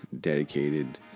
dedicated